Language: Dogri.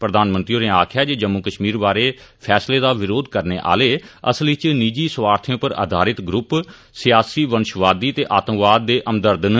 प्रधानमंत्री होरें आखेआ जे जम्मू कश्मीर बारै फैसले दा बरोघ करने आह्ले असल च निजी स्वार्थे पर आधारित ग्रुप सियासी वंशवादी ते आतंकवाद दे हमदर्द न